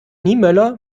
niemöller